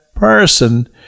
Person